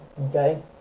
okay